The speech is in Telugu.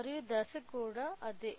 మరియు దశ కూడా అదే